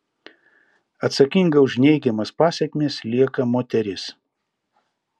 atsakinga už neigiamas pasekmes lieka moteris